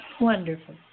Wonderful